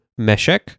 meshek